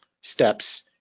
steps